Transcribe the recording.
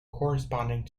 corresponding